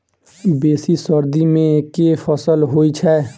बेसी सर्दी मे केँ फसल होइ छै?